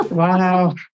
Wow